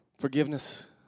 Forgiveness